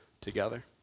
together